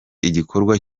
igikorwa